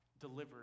delivered